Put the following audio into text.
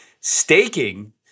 staking